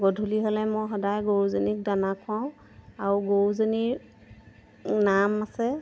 গধূলি হ'লে সদায় গৰুজনীক মই দানা খুৱাওঁ আৰু গৰুজনীৰ নাম আছে